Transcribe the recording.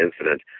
incident